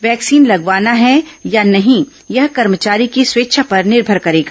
vaccine लगवाना है या नहीं यह कर्मचारी की स्वेच्छा पर निर्भर करेगा